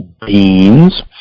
beans